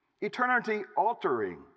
eternity-altering